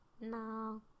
No